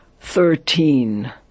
thirteen